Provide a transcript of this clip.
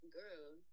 Girl